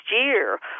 year